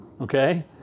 okay